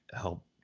help